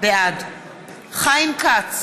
בעד חיים כץ,